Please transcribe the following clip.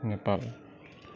Nepal